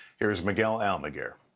here is miguel almaguer.